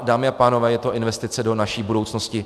Dámy a pánové, je to investice do naší budoucnosti.